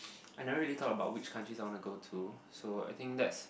I never really thought about which countries I wanna go to so I think that's